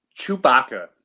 Chewbacca